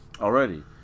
already